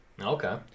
Okay